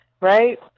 right